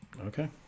Okay